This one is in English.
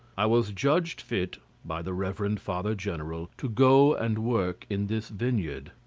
i was judged fit by the reverend father-general to go and work in this vineyard.